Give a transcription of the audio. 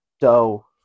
dough